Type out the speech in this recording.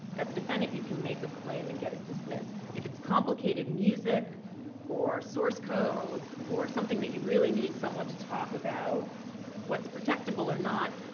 as a defendant, you can make a claim and get it dismissed. if it's complicated music or source code or something that you really need someone to talk about what's protectable or not,